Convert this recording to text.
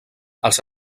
els